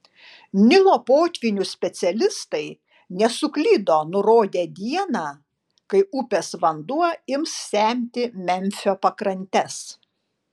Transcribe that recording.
nilo potvynių specialistai nesuklydo nurodę dieną kai upės vanduo ims semti memfio pakrantes